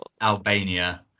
Albania